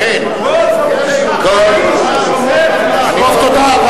טוב, תודה.